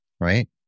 right